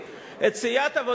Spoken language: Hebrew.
את סיעת קדימה אני מבין.